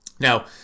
Now